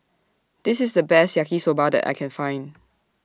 This IS The Best Yaki Soba that I Can Find